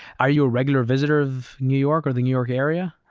are you a regular visitor of new york or the new york area?